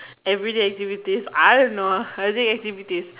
everyday activities I don't know I think activities